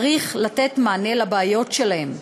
צריך לתת מענה לבעיות שלהם.